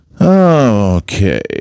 Okay